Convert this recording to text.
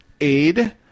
Aid